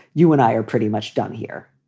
you and i are pretty much done here.